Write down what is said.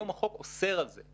היום החוק אוסר על זה.